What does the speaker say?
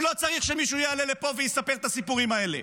הוא לא צריך שמישהו יעלה לפה ויספר את הסיפורים האלה,